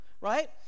right